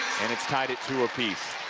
and it's tied at two apiece.